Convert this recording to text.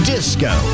Disco